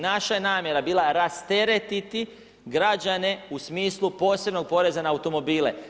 Naša je namjera bila rasteretiti građane u smislu posebnog poreza na automobile.